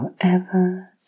Forever